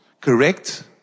Correct